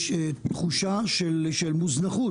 יש תחושה של מוזנחות,